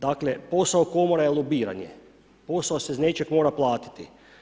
Dakle, posao Komore je lobiranje, posao se iz nečeg mora platiti.